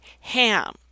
Ham